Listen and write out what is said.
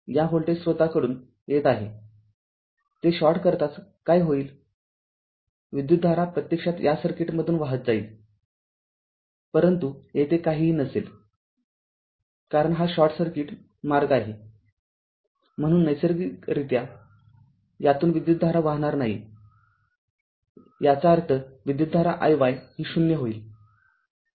या व्होल्टेज स्त्रोताकडून येत आहेते शॉर्ट करताचकाय होईल विद्युतधारा प्रत्यक्षात या सर्किटमधून वाहत जाईल परंतु येथे काहीही नसेल कारण हा शॉर्ट सर्किट मार्ग आहे म्हणून नैसर्गिकरित्या यातून विद्युतधारा वाहणार नाहीयाचा अर्थ विद्युतधारा iy ही 0 होईल